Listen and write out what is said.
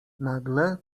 nagle